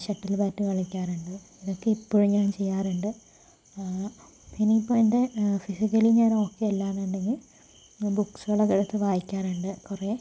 shuttle bat കളിക്കാറുണ്ട് ഇതൊക്കെ ഇപ്പോഴും ഞാൻ ചെയ്യാറുണ്ട് ഇനിയിപ്പോൾ എൻറെ ഫിസിക്കലി ഞാൻ ഓക്കെ അല്ലായെന്നുണ്ടെങ്കിൽ ബുക്സുകളൊക്കെ എടുത്തു വായിക്കാറുണ്ട് കുറെ